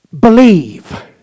believe